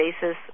basis